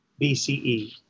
BCE